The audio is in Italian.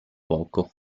poco